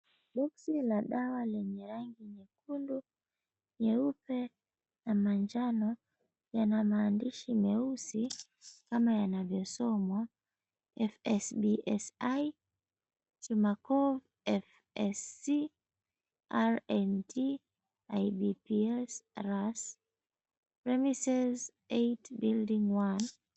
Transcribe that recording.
Boxi la dawa lenye rangi nyekundu, nyeupe na manjano, yana mahandishi meusi kama yanavyosomwa, "FSBSI chimacore FSC RNT IDPS RAS ,Premises 8 building 1."